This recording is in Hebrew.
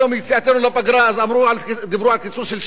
דיברו על קיצוץ של 7 מיליארד שקלים,